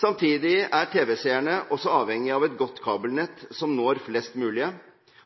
Samtidig er tv-seerne også avhengig av et godt kabelnett som når flest mulig,